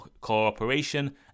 cooperation